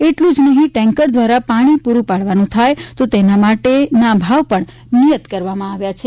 એટલું જ નહિ ટેન્કર દ્વારા પાણી પૂરું પાડવાનું થાય તો તેના માટેના ભાવ પણ નિયત કરવામાં આવ્યા છે